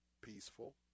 peaceful